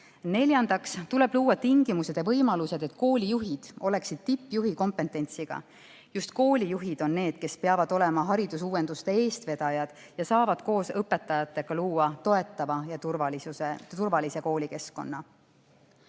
Neljandaks tuleb luua tingimused ja võimalused, et koolijuhid oleksid tippjuhikompetentsiga. Just koolijuhid on need, kes peavad olema haridusuuenduste eestvedajad ja saavad koos õpetajatega luua toetava ja turvalise koolikeskkonna.